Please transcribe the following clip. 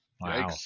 wow